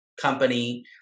company